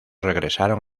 regresaron